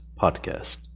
podcast